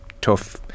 tough